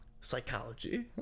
psychology